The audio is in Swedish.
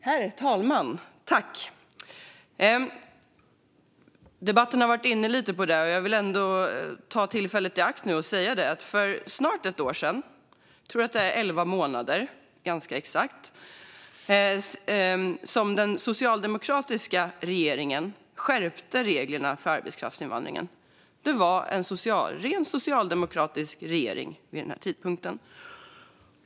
Herr talman! Debatten har varit inne lite på det, och jag vill ta tillfället i akt att säga att för snart ett år sedan - jag tror att det är ganska exakt elva månader - skärpte den socialdemokratiska regeringen reglerna för arbetskraftsinvandringen. Det var en ren socialdemokratisk regering vid den tidpunkten.